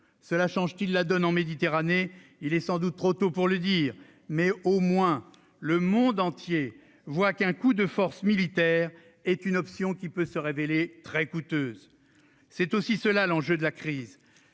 Cela changera-t-il la donne en Méditerranée ? Il est sans doute trop tôt pour le dire. Du moins le monde entier voit-il qu'un coup de force militaire est une option qui peut se révéler très coûteuse. C'est aussi cela, l'enjeu de cette crise